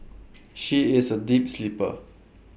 she is A deep sleeper